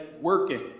working